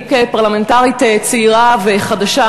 אני כפרלמנטרית צעירה וחדשה,